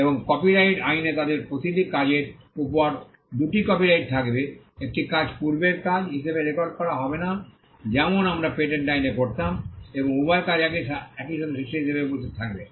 copyright আইনে তাদের প্রতিটি কাজের উপর দুটি কপিরাইট থাকবে একটি কাজ পূর্বের কাজ হিসাবে রেকর্ড করা হবে না যেমন আমরা পেটেন্ট আইনে করতাম বরং উভয় কাজ একই সাথে সৃষ্টি হিসাবে উপস্থিত থাকবে